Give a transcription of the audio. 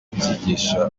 kubyigisha